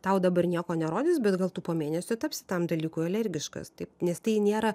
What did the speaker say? tau dabar nieko nerodys bet gal tu po mėnesio tapsi tam dalykui alergiškas taip nes tai nėra